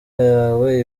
yawe